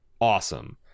Awesome